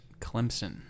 clemson